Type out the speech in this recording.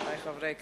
חברי חברי הכנסת,